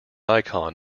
icon